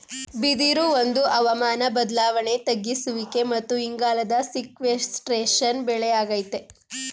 ಬಿದಿರು ಒಂದು ಹವಾಮಾನ ಬದ್ಲಾವಣೆ ತಗ್ಗಿಸುವಿಕೆ ಮತ್ತು ಇಂಗಾಲದ ಸೀಕ್ವೆಸ್ಟ್ರೇಶನ್ ಬೆಳೆ ಆಗೈತೆ